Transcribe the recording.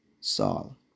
Saul